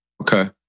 Okay